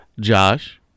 Josh